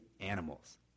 animals